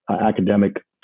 academic